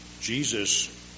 Jesus